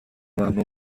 ممنوع